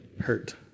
hurt